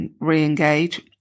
re-engage